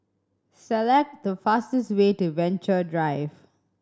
select the fastest way to Venture Drive